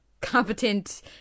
competent